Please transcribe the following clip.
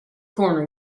corner